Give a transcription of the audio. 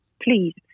Please